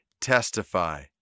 testify